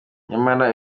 nyamara